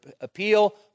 appeal